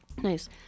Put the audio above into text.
Nice